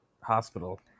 Hospital